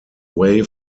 way